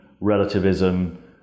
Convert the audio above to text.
relativism